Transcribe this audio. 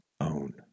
own